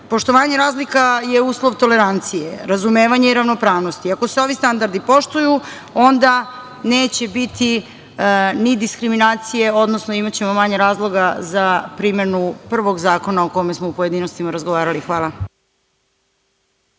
Poštovanje razlika je uslov tolerancije, razumevanje i ravnopravnosti. Ako se ovi standardi poštuju, onda neće biti ni diskriminacije, odnosno, imaćemo manje razloga za primenu prvog zakona o kome smo u pojedinostima razgovarali. Hvala.